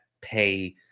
pay